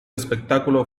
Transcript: espectáculo